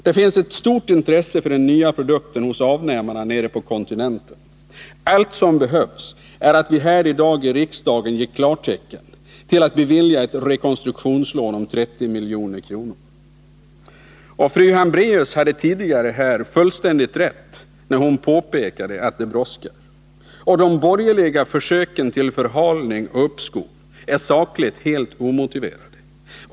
Det finns ett stort intresse för den nya produkten hos avnämarna nere på kontinenten. Allt som behövs är att man i dag får det klartecken som riksdagen kan ge genom att bevilja ett rekonstruktionslån om 30 milj.kr. Fru Hambraeus hade fullständigt rätt, när hon tidigare påpekade att det brådskar. De borgerliga försöken till förhalning och uppskov är sakligt helt omotiverade.